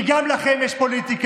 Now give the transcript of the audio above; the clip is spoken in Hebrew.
כי גם לכם יש פוליטיקה,